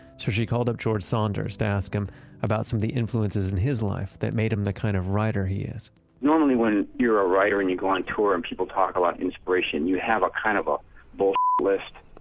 so she called up george saunders to ask him about some of the influences in his life that made him the kind of writer he is normally when you're a writer, and you go on tour and people talk a lot of inspiration, you have a kind of a bu list.